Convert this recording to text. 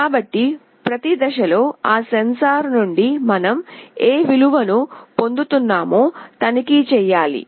కాబట్టి ప్రతి దశలో ఆ సెన్సార్ నుండి మనం ఏ విలువను పొందుతున్నామో తనిఖీ చేయాలి